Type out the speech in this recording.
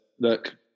look